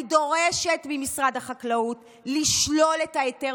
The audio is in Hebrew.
אני דורשת ממשרד החקלאות לשלול את ההיתר